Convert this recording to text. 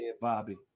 Bobby